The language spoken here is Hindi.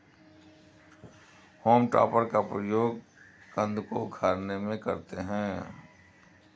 होम टॉपर का प्रयोग कन्द को उखाड़ने में करते हैं